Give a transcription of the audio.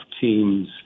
teams